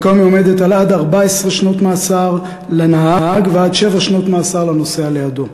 וכיום היא עומדת על עד 14 שנות מאסר לנהג ועד שבע שנות מאסר לנוסע לידו.